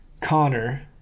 Connor